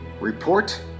report